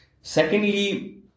Secondly